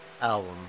album